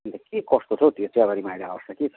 अन्त के कस्तो छ हौ त्यो चियाबारीमा अहिले अवस्था के छ